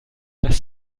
dass